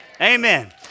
Amen